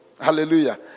hallelujah